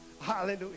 Hallelujah